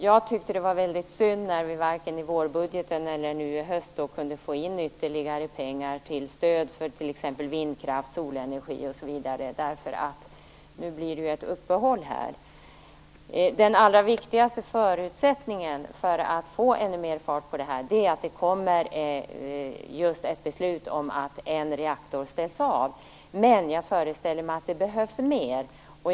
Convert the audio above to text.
Jag tycker att det var väldigt synd när vi varken i vårbudgeten eller nu i höst kunde få in ytterligare pengar till stöd för t.ex. vindkraft, solenergi osv. Nu blir det ju ett uppehåll. Den allra viktigaste förutsättningen för att få ännu mer fart på det här, är att det kommer ett beslut om att en reaktor ställs av. Jag föreställer mig dock att det behövs mer.